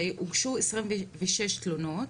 שהוגשו 26 תלונות